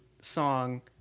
song